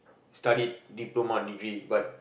studied diploma degree but